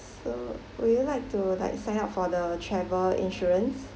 so would you like to like sign up for the travel insurance